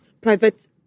private